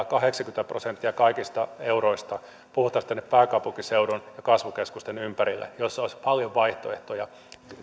kahdeksankymmentä prosenttia kaikista euroista puhtaasti tänne pääkaupunkiseudun ja kasvukeskusten ympärille missä olisi paljon vaihtoehtoja